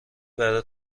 برای